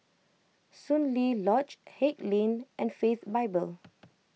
Soon Lee Lodge Haig Lane and Faith Bible